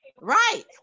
Right